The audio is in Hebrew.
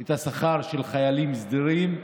את השכר של החיילים הסדירים,